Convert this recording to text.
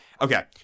Okay